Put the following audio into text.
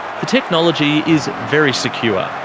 the technology is very secure.